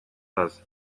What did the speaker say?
caz